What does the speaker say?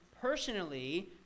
personally